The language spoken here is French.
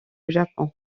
japon